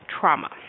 trauma